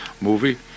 movie